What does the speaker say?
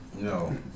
No